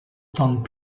tentent